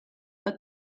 but